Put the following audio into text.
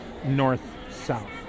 north-south